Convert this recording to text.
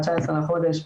ה-19 לחודש,